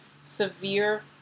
severe